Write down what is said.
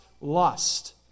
lust